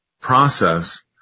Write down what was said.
process